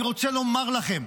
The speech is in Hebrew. אני רוצה לומר לכם,